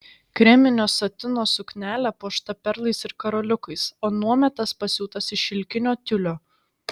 kreminio satino suknelė puošta perlais ir karoliukais o nuometas pasiūtas iš šilkinio tiulio